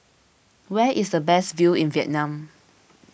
where is the best view in Vietnam